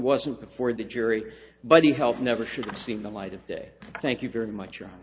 wasn't before the jury by the help never should have seen the light of day thank you very much or